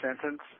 sentence